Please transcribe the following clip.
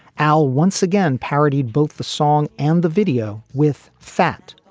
al once again parodied both the song and the video with fat.